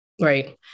Right